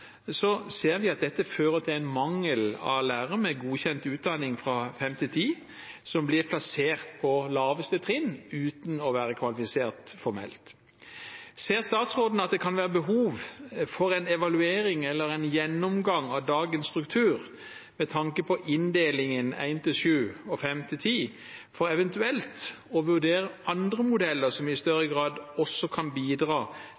Så langt ser vi helt klart at det er rekrutteringen til 1–7 som er svakest, noe som i praksis betyr at det er spesielt trinnet 1–4 som taper i kampen om kvalifiserte lærere. På en del skoler ser vi at dette fører til mangel på lærere med godkjent utdanning i 5–10, som er plassert på laveste trinn uten å være kvalifisert formelt. Ser statsråden at det kan være behov for en evaluering eller en gjennomgang av